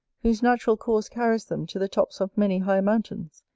whose natural course carries them to the tops of many high mountains,